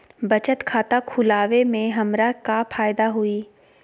बचत खाता खुला वे में हमरा का फायदा हुई?